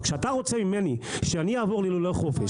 כשאתה רוצה ממני שאני אעבור ללולי חופש,